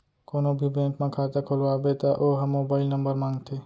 कोनो भी बेंक म खाता खोलवाबे त ओ ह मोबाईल नंबर मांगथे